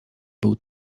był